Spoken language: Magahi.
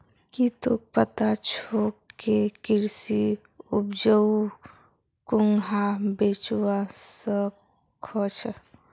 की तोक पता छोक के कृषि उपजक कुहाँ बेचवा स ख छ